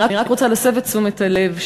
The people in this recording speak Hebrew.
אני רק רוצה להסב את תשומת הלב,